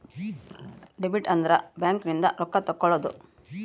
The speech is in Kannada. ಡೆಬಿಟ್ ಅಂದ್ರ ಬ್ಯಾಂಕ್ ಇಂದ ರೊಕ್ಕ ತೆಕ್ಕೊಳೊದು